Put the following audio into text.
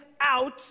out